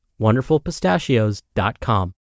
wonderfulpistachios.com